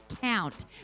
count